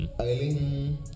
Eileen